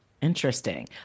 Interesting